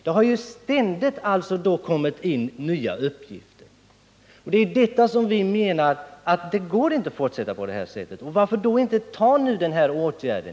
Det har ständigt kommit in' uppgifter om nya sådana. Det går inte att fortsätta på det här sättet. Varför inte vidta den åtgärd som jag nu nämnt?